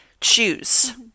choose